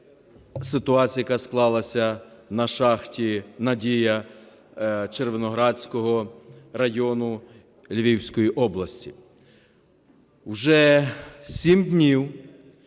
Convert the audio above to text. ситуації, яка склалася на шахті "Надія" Червоноградського району Львівської області. Уже 7 днів